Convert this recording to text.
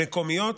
המקומיות.